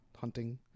hunting